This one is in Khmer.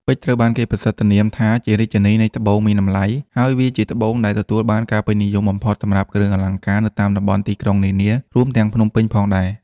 ពេជ្រ ត្រូវបានគេប្រសិទ្ធនាមថាជារាជិនីនៃត្បូងមានតម្លៃ ហើយវាជាត្បូងដែលទទួលបានការពេញនិយមបំផុតសម្រាប់គ្រឿងអលង្ការនៅតាមតំបន់ទីក្រុងនានា រួមទាំងភ្នំពេញផងដែរ។